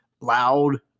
loud